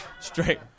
Straight